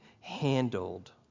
handled